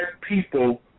people